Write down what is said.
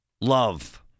Love